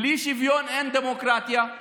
בלי שוויון אין דמוקרטיה.